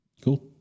Cool